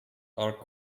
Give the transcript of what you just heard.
are